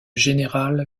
general